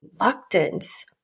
reluctance